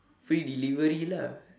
free delivery lah